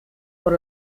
por